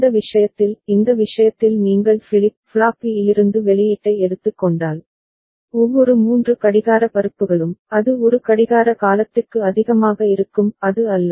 இந்த விஷயத்தில் இந்த விஷயத்தில் நீங்கள் ஃபிளிப் ஃப்ளாப் பி இலிருந்து வெளியீட்டை எடுத்துக் கொண்டால் ஒவ்வொரு 3 கடிகார பருப்புகளும் அது ஒரு கடிகார காலத்திற்கு அதிகமாக இருக்கும் அது அல்ல